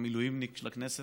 המילואימניק של הכנסת,